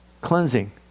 cleansing